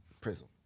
prism